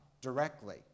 directly